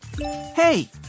Hey